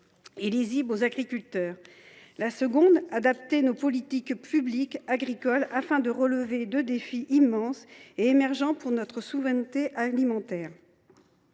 lisible aux agriculteurs »; deuxièmement, adapter nos politiques publiques agricoles afin de relever deux défis immenses et émergents pour notre souveraineté alimentaire.